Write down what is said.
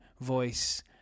voice